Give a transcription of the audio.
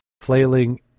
flailing